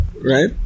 right